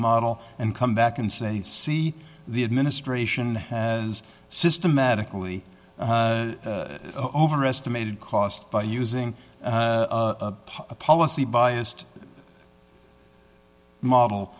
model and come back and say see the administration has systematically overestimated cost by using a policy biased model